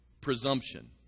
presumption